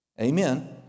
Amen